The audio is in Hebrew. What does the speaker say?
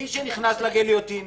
מי שנכנס לגיליוטינה